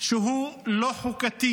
שהוא לא חוקתי.